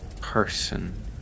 person